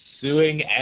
suing